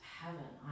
heaven